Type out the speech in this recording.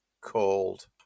called